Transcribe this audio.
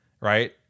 right